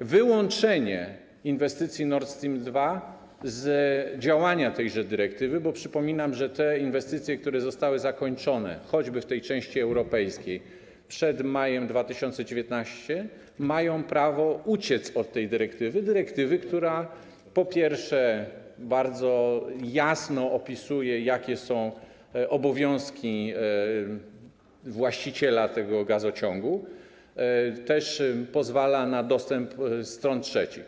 wyłączenie inwestycji Nord Stream 2 z działania tejże dyrektywy, bo przypominam, że te inwestycje, które zostały zakończone, choćby w części europejskiej, przed majem 2019 r., mają prawo uciec od tej dyrektywy, która bardzo jasno opisuje, jakie są obowiązki właściciela tego gazociągu, i pozwala na dostęp stron trzecich.